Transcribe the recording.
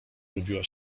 lubiła